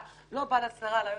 לא בא לשרה על דינה זילבר,